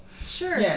Sure